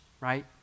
right